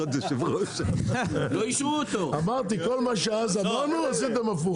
מחקר שנעשה לפני